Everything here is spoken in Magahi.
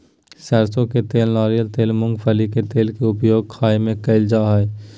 सरसों का तेल नारियल तेल मूंगफली के तेल के उपयोग खाय में कयल जा हइ